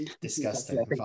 disgusting